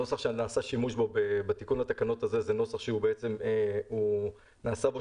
הנוסח שנעשה שימוש בו בתיקון לתקנות הזה זה נוסח שנעשה בו